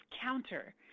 counter